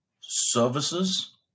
Services